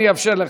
אני אאפשר לך.